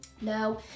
now